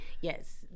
Yes